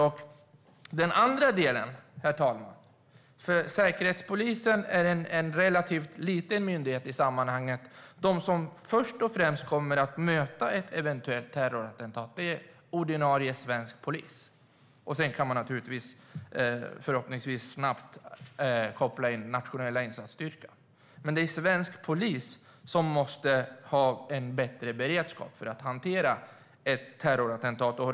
Säkerhetspolisen, herr talman, är en relativt liten myndighet i sammanhanget, och de som först och främst kommer att möta ett eventuellt terrorattentat är ordinarie svensk polis. Sedan kan man förhoppningsvis snabbt koppla in nationella insatsstyrkan, men det är svensk polis som måste ha en bättre beredskap för att hantera ett terrorattentat.